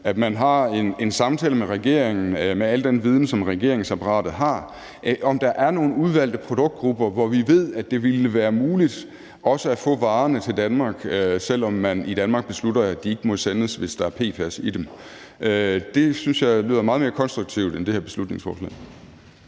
at man har en samtale med regeringen med al den viden, som regeringsapparatet har, i forhold til om der er nogle udvalgte produktgrupper, om hvilke vi ved, at det ville være muligt også at få varerne til Danmark, selv om man i Danmark beslutter, at de ikke må sendes, hvis der er PFAS i dem. Det synes jeg lyder meget mere konstruktivt end det her beslutningsforslag.